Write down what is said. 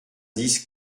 dix